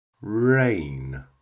rain